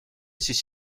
siis